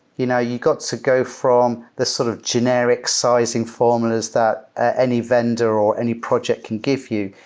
you know you got to go from the sort of generic sizing formulas that any vendor or any project can give you,